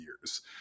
years